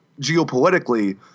geopolitically